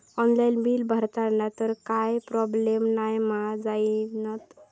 Online bill भरला तर काय प्रोब्लेम नाय मा जाईनत?